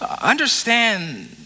Understand